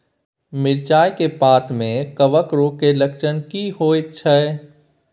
मिर्चाय के पत्ता में कवक रोग के लक्षण की होयत छै?